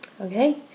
Okay